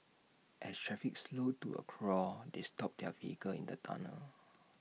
as traffic slowed to A crawl they stopped their vehicle in the tunnel